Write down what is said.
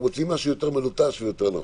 מוציאים משהו יותר מלוטש ויותר נכון.